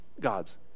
God's